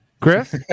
Chris